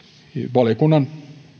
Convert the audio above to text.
valiokunnan